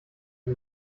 ihm